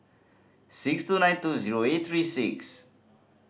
six two nine two zero eight three six